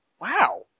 wow